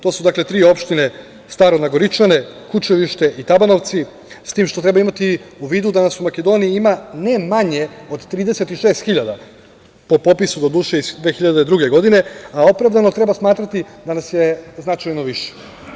To su tri opštine – Staro Nagoričane, Kučevište i Tabanovci, s tim što treba imati u vidu da nas u Makedoniji ima ne manje od 36 hiljada, doduše, po popisu iz 2002. godine, a opravdano treba smatrati da nas je značajno više.